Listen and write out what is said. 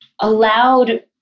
allowed